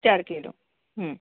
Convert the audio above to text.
चार किलो हं